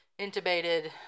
intubated